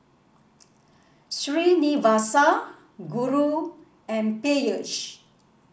Srinivasa Guru and Peyush